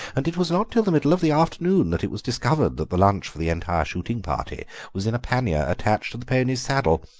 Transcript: and it was not till the middle of the afternoon that it was discovered that the lunch for the entire shooting party was in a pannier attached to the pony's saddle.